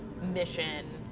mission